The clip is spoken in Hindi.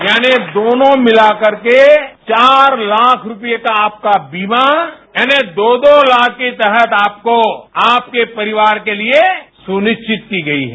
यानि दोनों मिलाकर के चार लाख रूपए का आपका बीमा यानि दो दो लाख के तहत आपको आपके परिवार के लिए सुनिश्चित की गई है